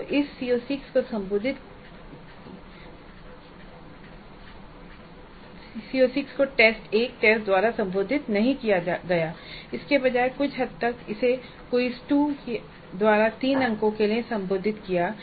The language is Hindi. तो इस CO6 को टेस्ट 1 या टेस्ट 2 द्वारा संबोधित नहीं किया गया है इसके बजाय कुछ हद तक इसे प्रश्नोत्तरी 2 द्वारा 3 अंकों के लिए संबोधित किया जाता है